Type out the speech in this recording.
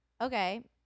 okay